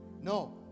No